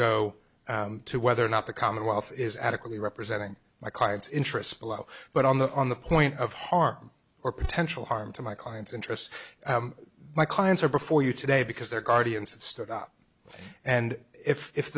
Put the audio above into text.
o to whether or not the commonwealth is adequately representing my client's interests below but on the on the point of harm or potential harm to my client's interests my clients are before you today because their guardians have stood up and if if